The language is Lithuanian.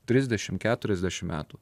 trisdešimt keturiasdešimt metų